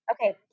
okay